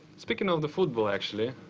speaking of the futbol, actually.